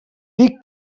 dic